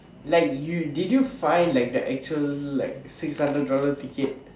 like you did you find the actual like six hundred dollar ticket